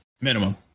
minimum